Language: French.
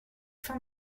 fin